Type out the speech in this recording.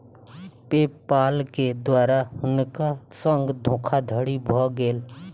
पे पाल के द्वारा हुनका संग धोखादड़ी भ गेल